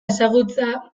ezagutza